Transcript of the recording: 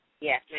Yes